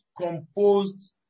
composed